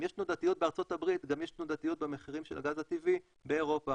אם יש תנודתיות בארצות הברית גם יש תנודתיות של הגז הטבעי באירופה.